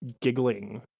giggling